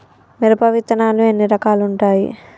మిరప విత్తనాలు ఎన్ని రకాలు ఉంటాయి?